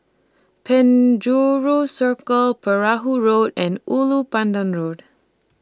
Penjuru Circle Perahu Road and Ulu Pandan Road